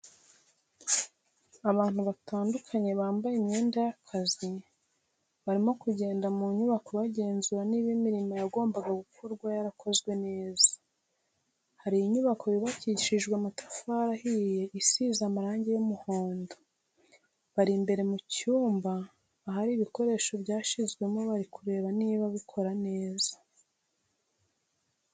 Abantu batandukanye bambaye imyenda y'akazi barimo kugenda mu nyubako bagenzura niba imirimo yagombaga gukorwa yarakozwe neza, hari inyubako yubakishije amatafari ahiye isize amarangi y'umuhondo, bari imbere mu cyumba ahari ibikoresho byashyizwemo bari kureba niba bikora neza.